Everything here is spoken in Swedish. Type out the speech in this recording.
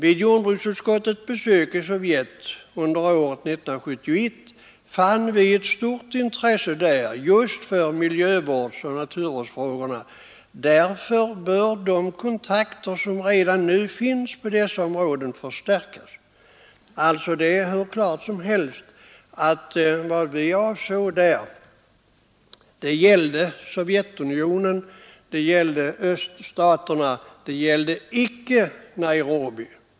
När jordbruksutskottet år 1971 besökte Sovjetunionen, fann vi där ett betydande intresse för naturvårdsoch miljövårdsfrågorna. ——— Därför bör de kontakter som redan har tagits förstärkas.” Det är alltså utsagt hur klart som helst att vi avsåg Sovjetunionen och öststaterna — det gällde icke Nairobi.